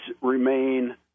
remain